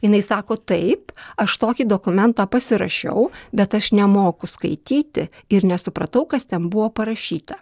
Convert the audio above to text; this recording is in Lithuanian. jinai sako taip aš tokį dokumentą pasirašiau bet aš nemoku skaityti ir nesupratau kas ten buvo parašyta